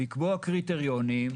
לקבוע קריטריונים,